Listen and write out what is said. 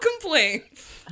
complaints